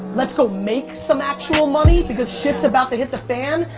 let's go make some actually money, because shit's about to hit the fan,